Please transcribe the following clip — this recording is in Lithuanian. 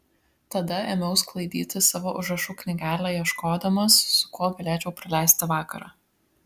tada ėmiau sklaidyti savo užrašų knygelę ieškodamas su kuo galėčiau praleisti vakarą